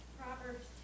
Proverbs